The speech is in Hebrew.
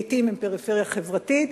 לעתים הם פריפריה חברתית,